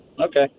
okay